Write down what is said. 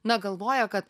na galvoja kad